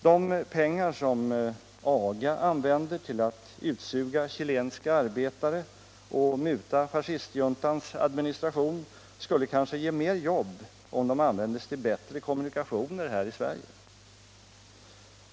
De pengar som AGA använder till att utsuga chilenska arbetare och muta fascistjuntans administration skulle kanske ge mer jobb om de användes till bättre kommunikationer här i Sverige.